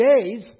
days